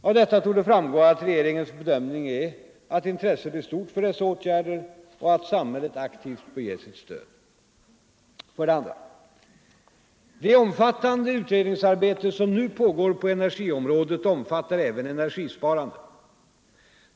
Av detta torde framgå att regeringens bedömning är att intresset är stort för dessa åtgärder och att samhället aktivt bör ge sitt stöd. För det andra: Det omfattande utredningsarbete som nu pågår på energiområdet omfattar även energisparande.